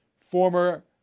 former